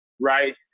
Right